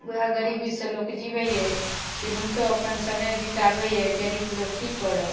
उहे गरीबी सँ लोक जीबैये केनाहितो अपन समय बिताबैये गरीब लोक की करऽ